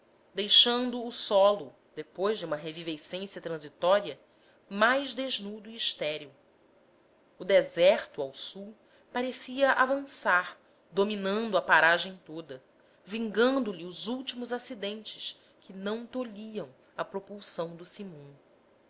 deixando o solo depois de uma revivescência transitória mais desnudo e estéril o deserto ao sul parecia avançar dominando a paragem toda vingando lhe os últimos acidentes que não tolhiam a propulsão do